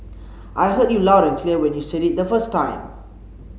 I heard you loud and clear when you said it the first time